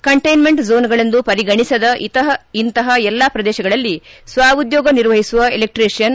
containment ಜೋನ್ಗಳೆಂದು ಪರಿಗಣಿಸದ ಇಂತಹ ಎಲ್ಲಾ ಪ್ರದೇಶಗಳಲ್ಲಿ ಸ್ವ ಉದ್ಕೋಗ ನಿರ್ವಹಿಸುವ ಎಲೆಕ್ಟಿಷಿಯನ್